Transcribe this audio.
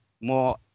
more